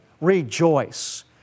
rejoice